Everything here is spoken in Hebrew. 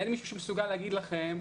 אין מישהו שמסוגל להגיד לכם: